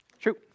True